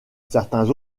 certains